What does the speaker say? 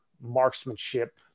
marksmanship